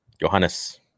Johannes